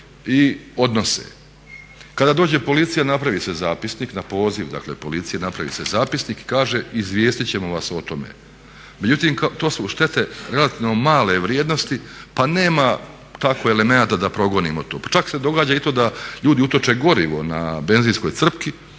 i odnose. Kada dođe policija napravi se zapisnik na poziv dakle policije napravi se zapisnik i kaže izvijestiti ćemo vas o tome. Međutim, to su štete relativno male vrijednosti pa nema tako elemenata da progonimo to. Pa čak se događa i to da ljudi utoče gorivo na benzinskoj crpke